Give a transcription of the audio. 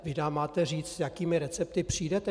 Vy nám máte říct, s jakými recepty přijdete.